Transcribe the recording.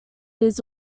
his